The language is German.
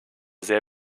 sehr